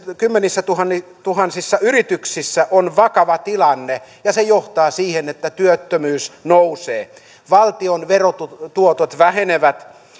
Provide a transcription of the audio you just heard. kymmenissätuhansissa yrityksissä on vakava tilanne ja se johtaa siihen että työttömyys nousee valtion verotuotot vähenevät